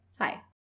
Hi